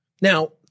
Now